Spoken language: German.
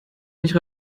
nicht